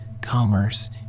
commerce